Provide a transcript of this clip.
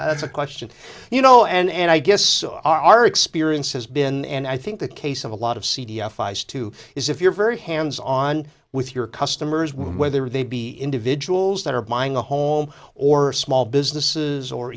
that's a question you know and i guess our experience has been and i think the case of a lot of c d f eyes too is if you're very hands on with your customers whether they be individuals that are buying a home or small businesses or